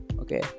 Okay